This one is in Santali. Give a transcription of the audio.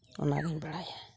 ᱚᱱᱟᱜᱤᱧ ᱵᱟᱲᱟᱭᱟ